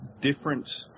different